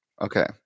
okay